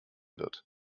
wird